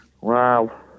Wow